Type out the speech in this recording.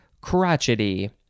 crotchety